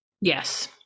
yes